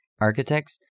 architects